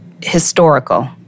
historical